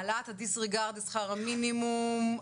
העלאת הדיסריגרד ושכר המינימום,